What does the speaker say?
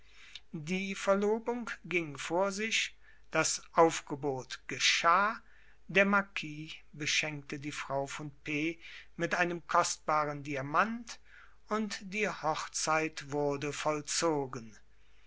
die verlobung ging vor sich das aufgebot geschah der marquis beschenkte die frau von p mit einem kostbaren diamant und die hochzeit wurde vollzogen